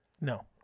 No